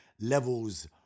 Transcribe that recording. levels